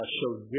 showed